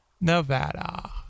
Nevada